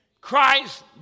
Christ